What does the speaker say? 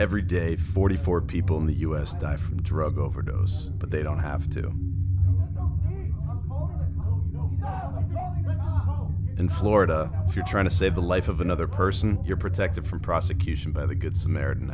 every day forty four people in the u s die from drug overdose but they don't have to in florida if you're trying to save the life of another person you're protected from prosecution by the good samaritan